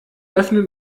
öffnet